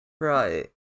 Right